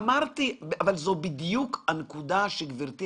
נתתי לכם